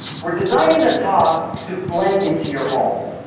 we're designing the top to blend into your home.